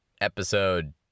episode